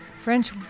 French